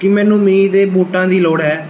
ਕੀ ਮੈਨੂੰ ਮੀਂਹ ਦੇ ਬੂਟਾਂ ਦੀ ਲੋੜ ਹੈ